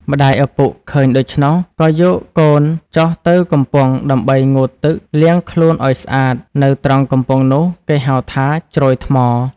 ម្តាយឪពុកឃើញដូច្នោះ ក៏យកកូនចុះទៅកំពង់ដើម្បីងូតទឹកលាងខ្លួនឱ្យស្អាត នៅត្រង់កំពង់នោះគេហៅថា ជ្រោយថ្ម។